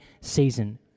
season